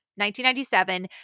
1997